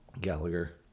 gallagher